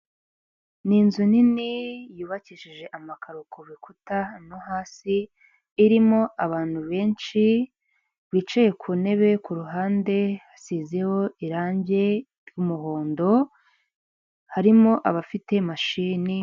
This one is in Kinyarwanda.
Ni inzu nini yubakishije amakaro ku rukuta no hasi, irimo abantu benshi bicaye ku ntebe, ku ruhande hasizeho irangi ry'umuhondo harimo abafite mashini.